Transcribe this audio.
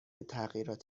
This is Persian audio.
تغییرات